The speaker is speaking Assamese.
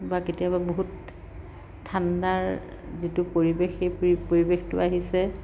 বা কেতিয়াবা বহুত ঠাণ্ডাৰ যিটো পৰিৱেশ সেই পৰিৱেশটো আহিছে